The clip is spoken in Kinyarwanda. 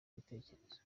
ibitekerezo